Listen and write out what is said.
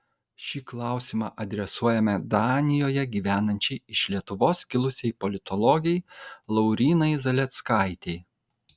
šį klausimą adresuojame danijoje gyvenančiai iš lietuvos kilusiai politologei laurynai zaleckaitei